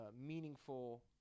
meaningful